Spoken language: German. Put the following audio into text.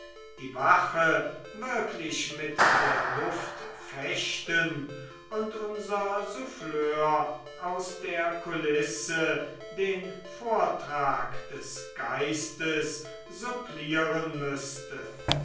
die wache wirklich mit der luft fechten und unser souffleur aus der kulisse den vortrag des geistes supplieren müßte